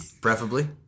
preferably